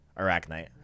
Arachnite